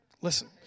Listen